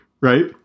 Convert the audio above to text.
Right